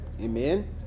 Amen